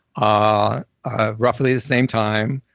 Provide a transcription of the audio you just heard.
ah ah roughly the same time,